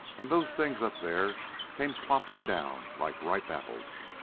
and those things up there came plopping down like ripe apples.